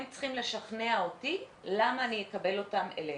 הם צריכים לשכנע אותי למה אני אקבל אותם אלינו.